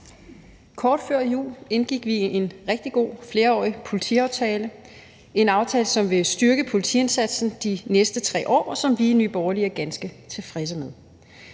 Kort før jul indgik vi en rigtig god flerårig politiaftale, en aftale, som vil styrke politiindsatsen de næste 3 år, og som vi i Nye Borgerlige er ganske tilfredse med.